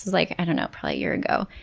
like i don't know, probably a year ago.